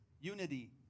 unity